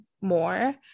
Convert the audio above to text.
more